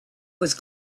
was